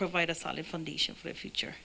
provide a solid foundation for a future